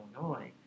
Illinois